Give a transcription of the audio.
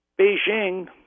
Beijing